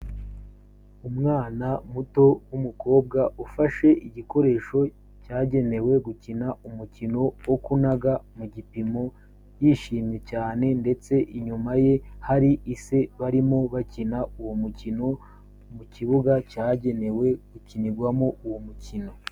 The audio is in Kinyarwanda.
Umwana muto w'umukobwa ufashe igikoresho cyagenewe gukina umukino wo kunaga mu gipimo, yishimye cyane ndetse inyuma ye hari ise barimo bakina uwo mukino mu kibuga cyagenewe gukinirwamo uwo mukino.